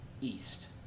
east